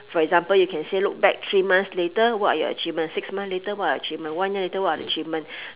for example you can say look back three months later what are your achievement six month later what are the achievement one year later what are the achievement